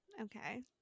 okay